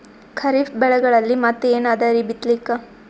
ಖರೀಫ್ ಬೆಳೆಗಳಲ್ಲಿ ಮತ್ ಏನ್ ಅದರೀ ಬಿತ್ತಲಿಕ್?